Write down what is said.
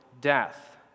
death